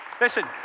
listen